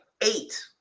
eight